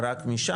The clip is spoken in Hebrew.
רק משם,